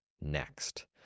next